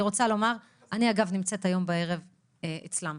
אני נמצאת היום בערב אצלם